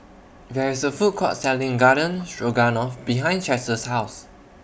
There IS A Food Court Selling Garden Stroganoff behind Chester's House